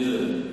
מי?